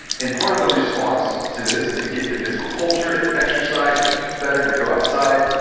and part of the response to this is to get into physical culture, to exercise, to eat better, to go outside,